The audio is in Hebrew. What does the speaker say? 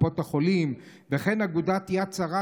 קופות החולים וכן אגודת יד שרה,